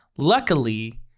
luckily